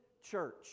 church